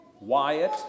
Wyatt